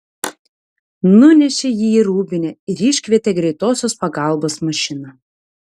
nunešė jį į rūbinę ir iškvietė greitosios pagalbos mašiną